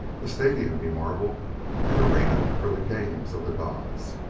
a stadium! he marvelled an arena for the games of the gods!